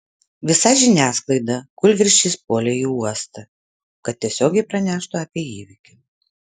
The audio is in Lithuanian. visa žiniasklaida kūlvirsčiais puolė į uostą kad tiesiogiai praneštų apie įvykį